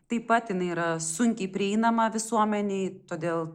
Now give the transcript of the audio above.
taip pat jinai yra sunkiai prieinama visuomenei todėl